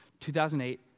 2008